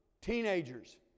teenagers